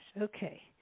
okay